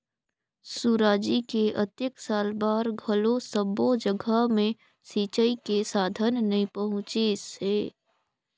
सुराजी के अतेक साल बार घलो सब्बो जघा मे सिंचई के साधन नइ पहुंचिसे